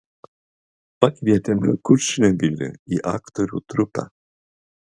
pakvietėme kurčnebylį į aktorių trupę